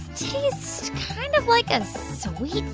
tastes kind of like a sweet